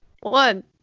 One